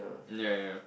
ya ya